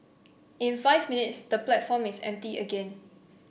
in five minutes the platform is empty again